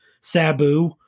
Sabu